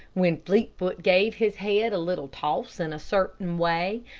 when fleetfoot gave his head a little toss in a certain way,